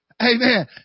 Amen